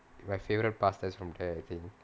my favourite pasta from there I think